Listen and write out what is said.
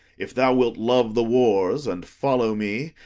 if thou wilt love the wars and follow me,